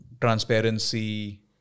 transparency